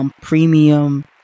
premium